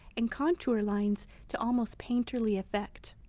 and contour lines to almost painterly effect.